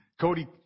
Cody